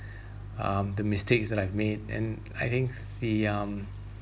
um the mistakes that I've made and I think the um